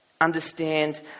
understand